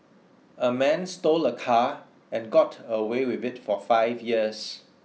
a man stole a car and got away with it for five years